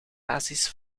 basis